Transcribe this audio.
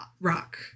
rock